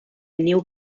new